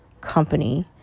company